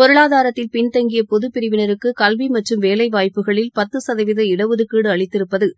பொரளாதாரத்தில் பின்தங்கிய பொதுப் பிரிவினருக்கு கல்வி மற்றம் வேலை வாய்ப்புகளில் பத்து சதவீத இடஒதுக்கீடு அளித்திருப்பது